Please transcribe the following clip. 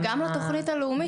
וגם לתוכנית הלאומית.